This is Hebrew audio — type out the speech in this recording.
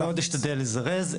אני מאוד אשתדל לזרז.